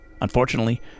Unfortunately